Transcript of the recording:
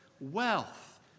wealth